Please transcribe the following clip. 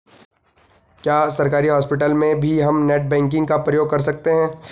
क्या सरकारी हॉस्पिटल में भी हम नेट बैंकिंग का प्रयोग कर सकते हैं?